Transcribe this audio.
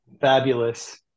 Fabulous